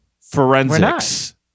Forensics